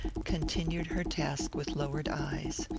continued her task with lowered eyes.